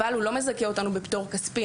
אבל הוא לא מזכה אותנו בפטור כספי,